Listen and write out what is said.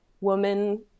woman